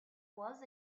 was